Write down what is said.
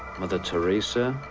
mother teresa,